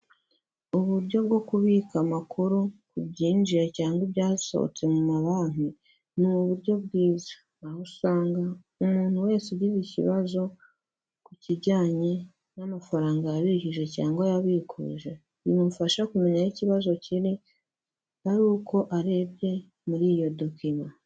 Uburyo bwo kubika amakuru ku byinjiye cyangwa ibyasohotse mu mabanki, ni uburyo bwiza aho usanga umuntu wese ugize ikibazo ku kijyanye n'amafaranga yabikije cyangwa yabikuje, bimufasha kumenya aho ikibazo kiri ari uko arebye muri iyo dokima.